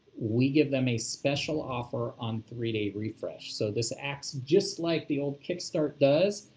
we give them a special offer on three day refresh. so this acts just like the old kickstart does,